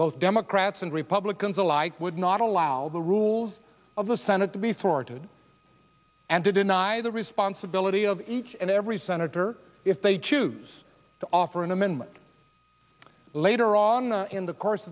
both democrats and republicans alike would not allow the rules of the senate to be forwarded and to deny the responsibility of each and every senator if they choose to offer an amendment later on in the course